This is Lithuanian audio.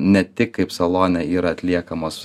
ne tik kaip salone yra atliekamos